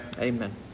Amen